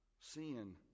sin